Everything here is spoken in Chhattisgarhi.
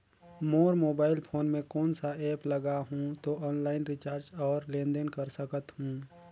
मोर मोबाइल फोन मे कोन सा एप्प लगा हूं तो ऑनलाइन रिचार्ज और लेन देन कर सकत हू?